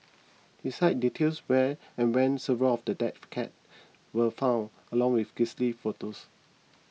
his site details where and when several of the dead cats were found along with grisly photos